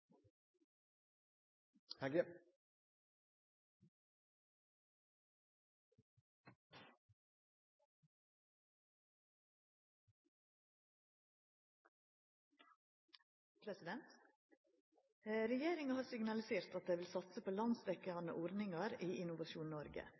har signalisert at dei vil satse på